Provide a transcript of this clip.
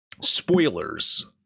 spoilers